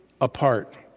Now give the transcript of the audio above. apart